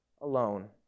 alone